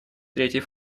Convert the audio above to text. третьей